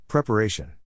Preparation